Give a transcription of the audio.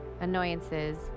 annoyances